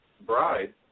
bride